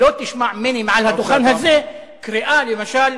לא תשמע ממני מעל הדוכן הזה קריאה, למשל,